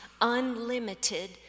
unlimited